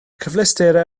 cyfleusterau